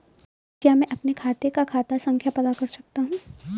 क्या मैं अपने खाते का खाता संख्या पता कर सकता हूँ?